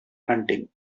hunting